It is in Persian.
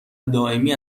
دائمی